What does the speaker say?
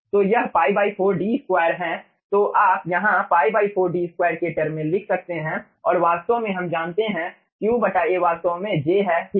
तो यह π4 D2 है तो आप यहां π 4 D2 के टर्म में लिख सकते हैं और वास्तव में हम जानते हैं Q A वास्तव में j है ठीक है